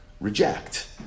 reject